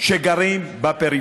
אלה שגרים בפריפריה.